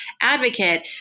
advocate